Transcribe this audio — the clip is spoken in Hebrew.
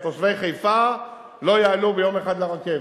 שתושבי חיפה לא יעלו ביום אחד לרכבת,